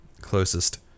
closest